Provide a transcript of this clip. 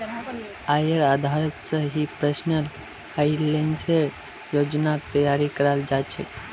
आयेर आधारत स ही पर्सनल फाइनेंसेर योजनार तैयारी कराल जा छेक